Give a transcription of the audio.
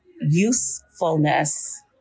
usefulness